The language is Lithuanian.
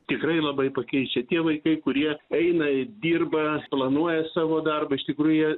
tikrai labai pakeičia tie vaikai kurie eina dirba planuoja savo darbą iš tikrųjų jie